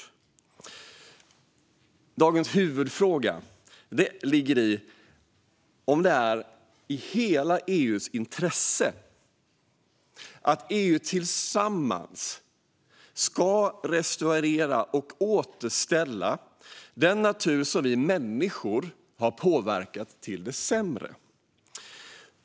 Subsidiaritetsprövning av kommissionens för-slag till förordning om restaurering av natur Dagens huvudfråga är om det ligger i hela EU:s intresse att tillsammans restaurera och återställa den natur som vi människor har påverkat till det sämre.